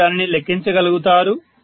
మీరు దానిని లెక్కించగలుగుతారు